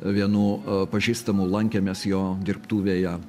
vienu pažįstamu lankėmės jo dirbtuvėje